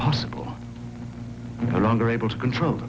possible longer able to control